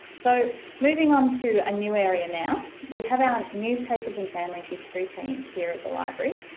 so moving onto a new area now, we have our newspapers and family history team here at the library,